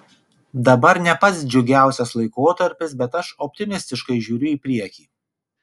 dabar ne pats džiugiausias laikotarpis bet aš optimistiškai žiūriu į priekį